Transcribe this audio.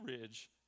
Ridge